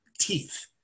teeth